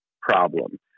problem